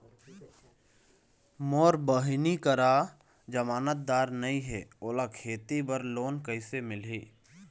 मोर बहिनी करा जमानतदार नई हे, ओला खेती बर लोन कइसे मिलही?